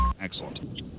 Excellent